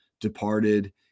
departed